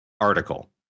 article